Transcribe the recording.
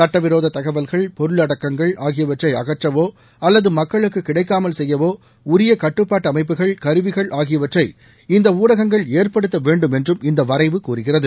சுட்ட விரோத தகவல்கள் பொருளடக்கங்கள் ஆகியவற்றை அகற்றவோ அல்லது மக்களுக்கு கிடைக்காமல் செய்யவோ உரிய கட்டுப்பாட்டு அமைப்புகள் கருவிகள் ஆகியவற்றை இந்த ஊடகங்கள் ஏற்படுத்த வேண்டும் என்றும் இந்த வரைவு கூறுகிறது